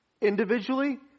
Individually